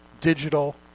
digital